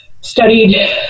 studied